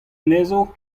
anezho